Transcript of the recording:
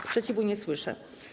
Sprzeciwu nie słyszę.